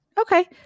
Okay